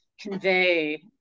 convey